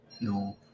No